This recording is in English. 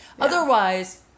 Otherwise